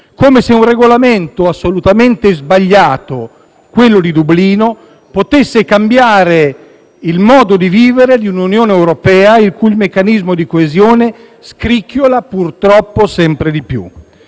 come se un Regolamento assolutamente sbagliato, quello di Dublino, potesse cambiare il modo di vivere di un'Unione europea, il cui meccanismo di coesione scricchiola purtroppo sempre di più.